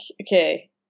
okay